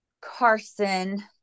Carson